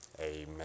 amen